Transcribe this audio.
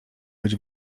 być